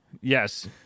Yes